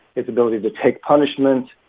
his ability to take punishment